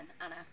anna